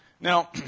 Now